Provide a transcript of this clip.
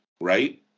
Right